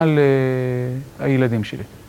על הילדים שלי.